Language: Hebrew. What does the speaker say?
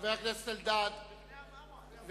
חבר הכנסת אלדד, ואחריו,